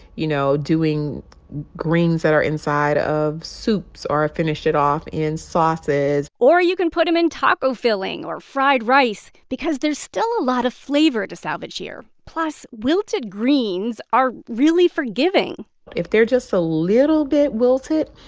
you know, doing greens that are inside of soups or finish it off in sauces or you can put them in top taco filling or fried rice because there's still a lot of flavor to salvage here. plus, wilted greens are really forgiving if they're just a little bit wilted,